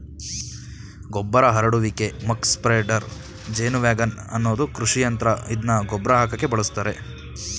ಗೊಬ್ಬರ ಹರಡುವಿಕೆಯ muck spreader ಜೇನುವ್ಯಾಗನ್ ಅನ್ನೋದು ಕೃಷಿಯಂತ್ರ ಇದ್ನ ಗೊಬ್ರ ಹಾಕಕೆ ಬಳುಸ್ತರೆ